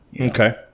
Okay